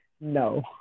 No